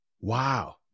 Wow